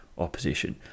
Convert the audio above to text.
opposition